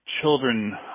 children